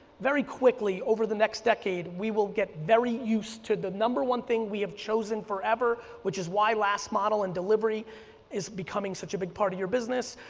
very quickly over the next decade, we will get very used to the number one thing we have chosen forever, which is why last model and delivery is becoming such a big part of your business,